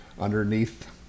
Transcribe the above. underneath